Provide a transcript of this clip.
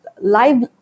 live